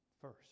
first